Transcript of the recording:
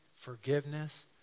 forgiveness